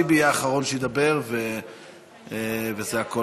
טיבי יהיה האחרון שידבר, וזה הכול.